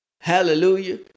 Hallelujah